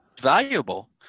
valuable